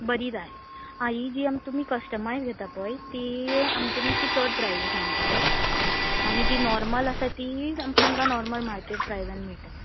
बरी जाय आ ही जी आमी तुमी कस्टमायज घेता पय ती आमची मातशी चड प्रायज सांगतले आनी जी नॉर्मल आसा ती आमी तुमकां नॉर्मल मार्केट प्रायजान मेळटली